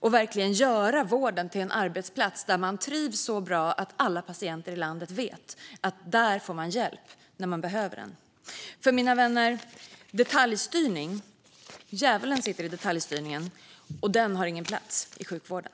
Staten måste göra vården till en arbetsplats där man trivs så bra att alla patienter i landet vet att man får hjälp när man behöver den. Mina vänner! Djävulen sitter i detaljstyrningen, och den har ingen plats i sjukvården.